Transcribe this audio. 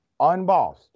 Unbossed